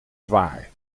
zwaar